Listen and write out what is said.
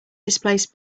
displaced